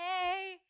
hey